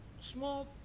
small